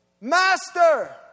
Master